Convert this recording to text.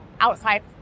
outside